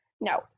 No